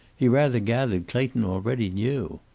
he rather gathered clayton already knew.